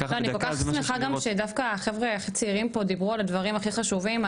אני כל כך שמחה שאתם הצעירים מעלים את מדברים על